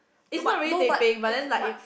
no but no but but